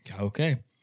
Okay